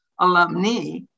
alumni